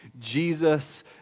Jesus